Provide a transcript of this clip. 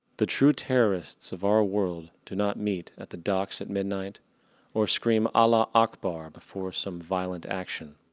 the true terrorists of our world, do not meet at the darks at midnight or scream allah akbar before some violent action.